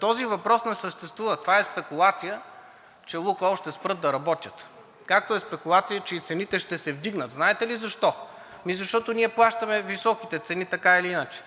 Този въпрос не съществува, това е спекулация, че „Лукойл“ ще спрат да работят, както е спекулация, че и цените ще се вдигнат и знаете ли защо? Защото ние плащаме високите цени така или иначе.